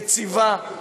יציבה,